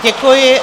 Děkuji.